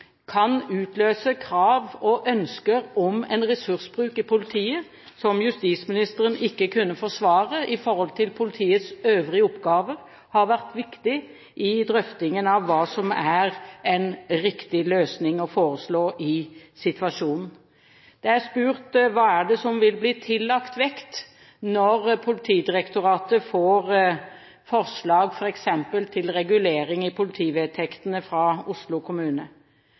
kan utløse krav og ønsker om en ressursbruk i politiet som justisministeren ikke kunne forsvare i forhold til politiets øvrige oppgaver, har vært viktig i drøftingen av hva som er en riktig løsning å foreslå i situasjonen. Jeg er spurt: Hva er det som vil bli tillagt vekt når Politidirektoratet får forslag f.eks. til regulering i politivedtektene fra Oslo kommune?